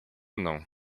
mną